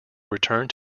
returned